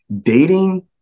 dating-